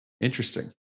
Interesting